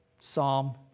Psalm